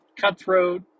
Cutthroat